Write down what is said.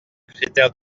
critère